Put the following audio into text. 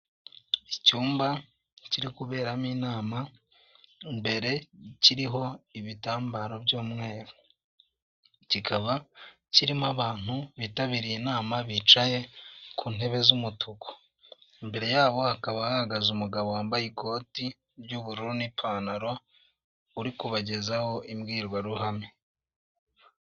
Icyumba kiri kuberamo inama imbere kiriho ibitambaro by'umweru, kikaba kirimo abantu bitabiriye inama bicaye ku ntebe z'umutuku, imbere y'abo hakabah ahagaze umugabo wambaye ikoti ry'ubururu n'ipantalo uri kubagezaho imbwirwaruhame.